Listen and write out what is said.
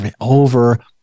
over